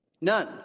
none